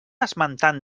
esmentant